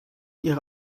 ihre